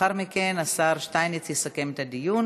לאחר מכן השר שטייניץ יסכם את הדיון.